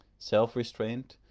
self-restraint,